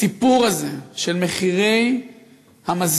הסיפור הזה של מחירי המזון,